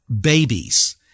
babies